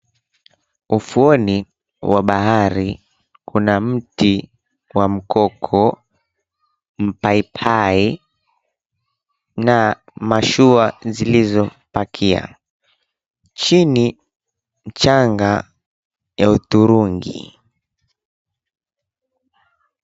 Ufuoni wa bahari kuna mti wa mkoko, mpaipai, na mashua zilizopakia. Chini mchanga ya hudhurungi.